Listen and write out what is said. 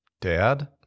Dad